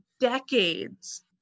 decades